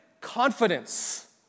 confidence